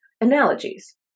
analogies